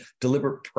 deliberate